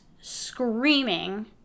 screaming